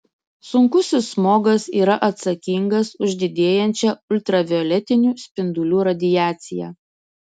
sunkusis smogas yra atsakingas už didėjančią ultravioletinių spindulių radiaciją